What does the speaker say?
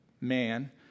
man